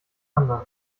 anders